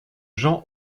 jean